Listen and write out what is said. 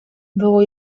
było